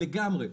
לגמרי,